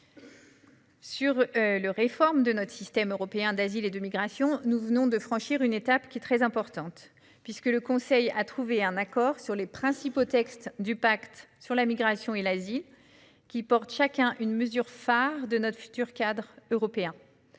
la réforme de notre système européen d'asile et de migration, nous venons de franchir une étape très importante : le Conseil a trouvé un accord sur les principaux textes du pacte sur la migration et l'asile : ils contiennent chacun une mesure phare de notre futur cadre européen